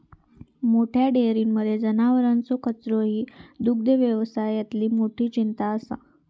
मोठ्या डेयरींमध्ये जनावरांचो कचरो ही दुग्धव्यवसायातली मोठी चिंता असा